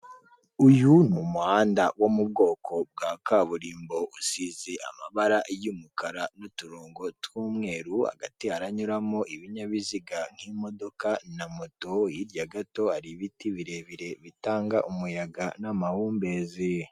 Uyu ni umuhanda wo mu bwoko bwa kaburimbo usize amabara y'umukara n'uturongo tw'umweru, hagati haranyuramo ibinyabiziga n'imodoka na moto, hirya gato hari ibiti birebire bitanga umuyaga n'amahumbezi.